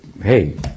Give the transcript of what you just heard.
hey